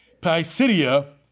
Pisidia